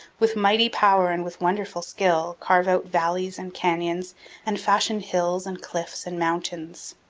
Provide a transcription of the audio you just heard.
with mighty power and with wonderful skill, carve out valleys and canyons and fashion hills and cliffs and mountains.